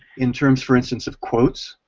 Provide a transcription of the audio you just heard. in terms, for instance, of quotes,